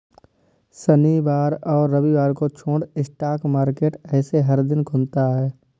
शनिवार और रविवार छोड़ स्टॉक मार्केट ऐसे हर दिन खुलता है